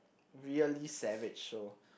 really savage so